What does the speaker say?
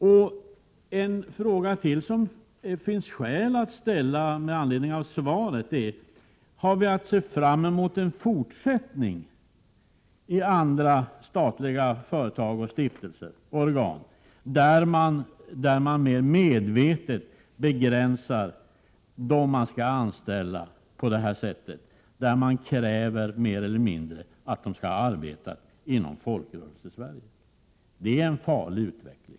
Det finns skäl att ställa ännu en fråga med anledning av industriministerns svar här: Har vi att se fram emot en fortsättning i andra statliga företag, stiftelser och organ, där man mer medvetet begränsar antalet sökande till en anställning genom att mer eller mindre kräva att de sökande skall ha arbetat i Folkrörelsesverige? Det är en farlig utveckling.